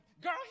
girl